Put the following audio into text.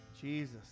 Jesus